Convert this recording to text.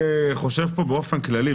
אני חושב באופן כללי.